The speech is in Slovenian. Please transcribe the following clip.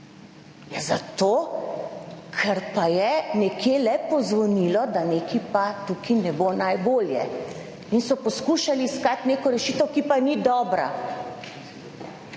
zato, ker pa je nekje le pozvonilo, da nekaj pa tukaj ne bo najbolje in so poskušali iskati neko rešitev, ki pa ni dobra.